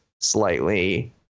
slightly